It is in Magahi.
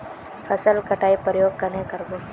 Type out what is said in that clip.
फसल कटाई प्रयोग कन्हे कर बो?